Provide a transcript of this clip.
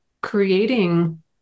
creating